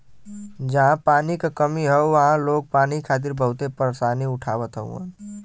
जहां पानी क कमी हौ वहां लोग पानी खातिर बहुते परेशानी उठावत हउवन